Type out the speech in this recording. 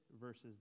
versus